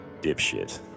Dipshit